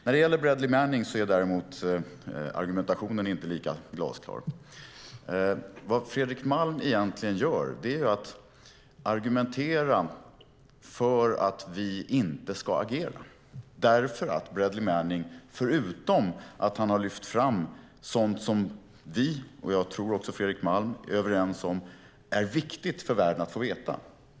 När det gäller Bradley Manning är argumentationen däremot inte lika glasklar. Vad Fredrik Malm egentligen gör är att han argumenterar för att vi inte ska agera, därför att Bradley Manning, förutom att han har lyft fram sådant som vi, och jag tror också Fredrik Malm, är överens om är viktigt för världen att få veta.